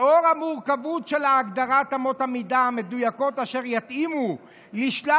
לאור המורכבות של הגדרת אמות המידה המדויקות אשר יתאימו לשלל